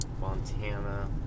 Montana